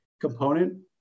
component